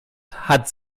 hat